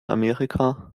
amerika